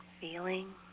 feeling